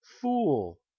fool